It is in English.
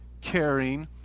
caring